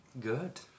Good